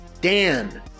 Dan